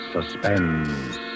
Suspense